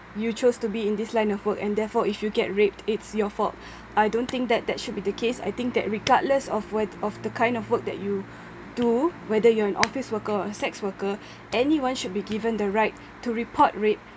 you chose to be in this line of work and therefore if you get raped it's your fault I don't think that that should be the case I think that regardless of where of the kind of work and you do whether you are an office worker or sex worker anyone should be given the right to report rape